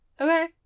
Okay